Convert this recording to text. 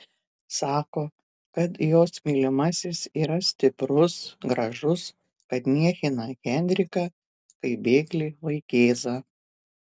sako kad jos mylimasis yra stiprus gražus kad niekina henriką kaip bėglį vaikėzą